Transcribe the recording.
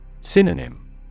Synonym